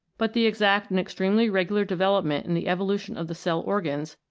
but the exact and extremely regular development in the evolution of the cell organs,